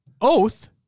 Oath